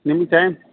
ನಿಮ್ಮ ಟೈಮ್